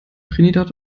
trinidad